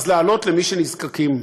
אז להעלות למי שנזקקים.